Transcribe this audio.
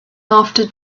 after